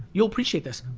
you'll appreciate this.